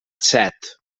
set